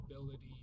ability